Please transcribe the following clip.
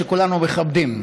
שכולנו מכבדים,